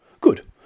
Good